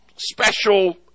Special